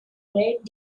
great